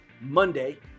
Monday